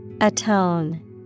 Atone